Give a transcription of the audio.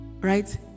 right